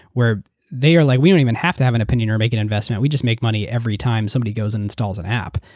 they are like, we don't even have to have an opinion or make an investment. we just make money every time somebody goes and installs an app.